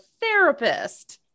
therapist